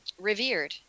revered